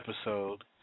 episode